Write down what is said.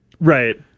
Right